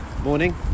morning